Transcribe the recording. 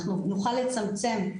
אנחנו נוכל לצמצם,